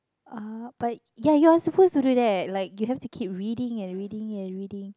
ah but ya you are supposed to do that like you have to keep reading and reading and reading